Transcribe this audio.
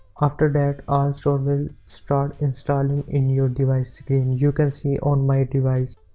after that altstore will start installing in your device screen you can see on my device